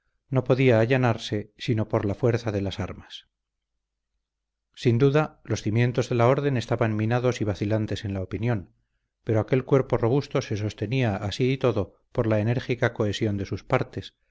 no podía allanarse sino por la fuerza de las armas sin duda los cimientos de la orden estaban minados y vacilantes en la opinión pero aquel cuerpo robusto se sostenía así y todo por la enérgica cohesión de sus partes